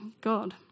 God